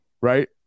right